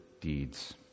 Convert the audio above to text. deeds